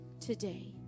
today